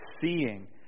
seeing